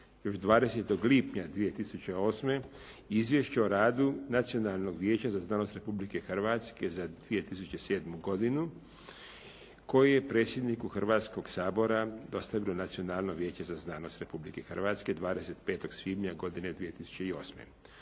još 20. lipnja 2008. Izvješće o radu Nacionalnog vijeća za znanost Republike Hrvatske za 2007. godinu koji je predsjedniku Hrvatskoga sabora dostavilo Nacionalno vijeće za znanost Republike Hrvatske 25. svibnja 2008.